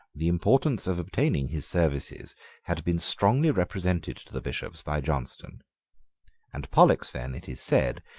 the importance of obtaining his services had been strongly represented to the bishops by johnstone and pollexfen, it is said,